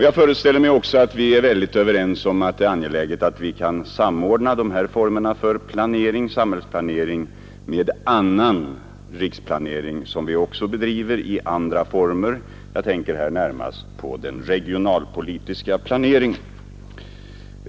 Jag föreställer mig också att vi är överens om att det är angeläget att vi kan samordna de här formerna för samhällsplanering med andra former av riksplanering som vi också bedriver; jag tänker här närmast på den regionalpolitiska planeringen.